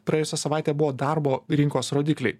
praėjusią savaitę buvo darbo rinkos rodikliai